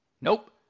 Nope